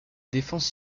défense